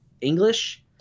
English